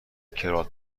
کراوات